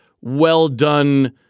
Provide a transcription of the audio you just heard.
well-done